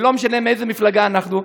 ולא משנה מאיזו מפלגה אנחנו,